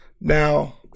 now